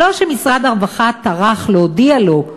לא שמשרד הרווחה טרח להודיע לו,